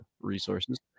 resources